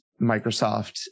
Microsoft